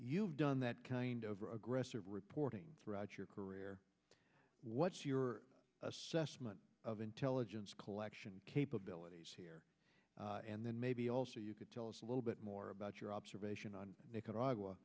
you've done that kind of aggressive reporting throughout your career what's your assessment of intelligence collection capabilities and then maybe also you could tell us a little bit more about your observation on nicaragua